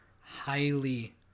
highly